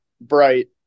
bright